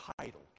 title